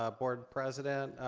ah board president,